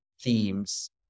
themes